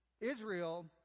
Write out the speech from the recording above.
israel